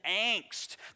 angst